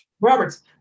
Roberts